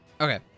Okay